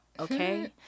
okay